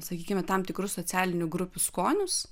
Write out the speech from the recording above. sakykime tam tikrų socialinių grupių skonius